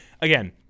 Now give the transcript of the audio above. again